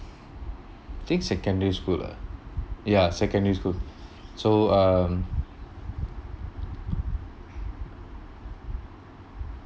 I think secondary school ah ya secondary school so um